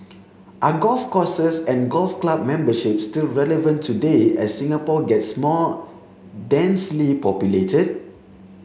are golf courses and golf club memberships still relevant today as Singapore gets more densely populated